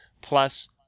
Plus